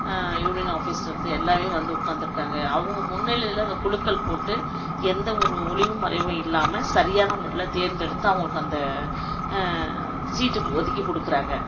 union ஆஃபிஸ்லிருந்து எல்லாருமே வந்து உக்காந்துருக்காங்க அவங்க முன்னிலையில் அந்த குழுக்கள் போட்டு எந்தவொரு ஒளிவு மறைவும் இல்லாமல் சரியான முறையில் தேர்ந்தெடுத்து அவங்களுக்கு அந்த சீட்டு ஒதுக்கி கொடுக்குறாங்க